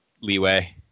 leeway